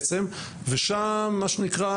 ושם מה שנקרא,